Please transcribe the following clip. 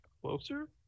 closer